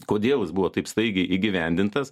kodėl jis buvo taip staigiai įgyvendintas